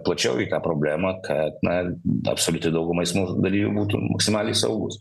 plačiau į tą problemą kad na absoliuti dauguma eismo dalyvių būtų maksimaliai saugūs